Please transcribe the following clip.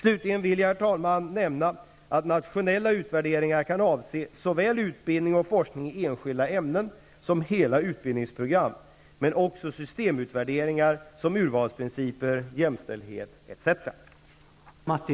Slutligen vill jag nämna att nationella utvärderingar kan avse såväl utbildning och forskning i enskilda ämnen som hela utbildningsprogram, men också systemutvärderingar som urvalsprinciper, jämställdhet etc.